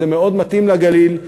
וזה מאוד מתאים לגליל,